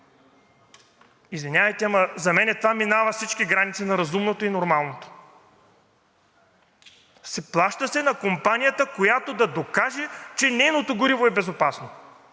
Извинявайте, ама за мен това минава всички граници на разумното и нормалното. Плаща се на компанията, която да докаже, че нейното гориво е безопасно